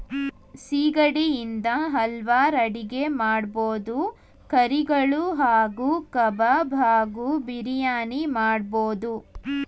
ಸಿಗಡಿ ಇಂದ ಹಲ್ವಾರ್ ಅಡಿಗೆ ಮಾಡ್ಬೋದು ಕರಿಗಳು ಹಾಗೂ ಕಬಾಬ್ ಹಾಗೂ ಬಿರಿಯಾನಿ ಮಾಡ್ಬೋದು